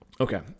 Okay